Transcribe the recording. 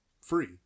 free